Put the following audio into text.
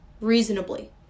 reasonably